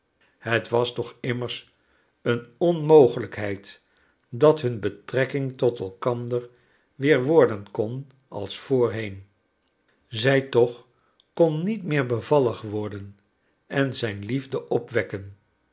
het was toch immers een onmogelijkheid dat hun betrekking tot elkander weer worden kon als voorheen zij toch kon niet weer bevallig worden en zijn liefde opwekken